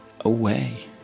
away